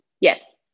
Yes